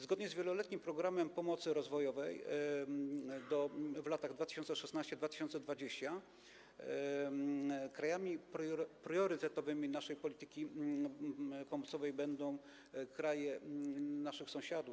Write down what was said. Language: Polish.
Zgodnie z „Wieloletnim programem pomocy rozwojowej na lata 2016-2020” krajami priorytetowymi w naszej polityce pomocowej będą kraje naszych sąsiadów.